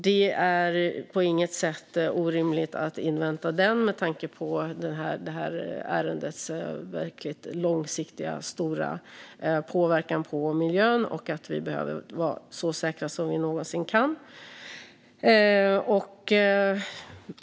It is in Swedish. Det är på inget sätt orimligt att invänta den med tanke på ärendets verkligt långsiktiga stora påverkan på miljön och med tanke på att vi behöver vara så säkra som vi någonsin kan.